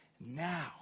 now